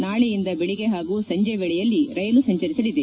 ನಾಳೆಯಿಂದ ಬೆಳಿಗ್ಗೆ ಹಾಗೂ ಸಂಜೆ ವೇಳೆಯಲ್ಲಿ ರೈಲು ಸಂಚರಿಸಲಿದೆ